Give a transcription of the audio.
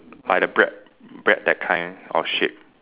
like the bread bread that kind of shape